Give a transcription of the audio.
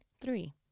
Three